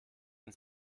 ins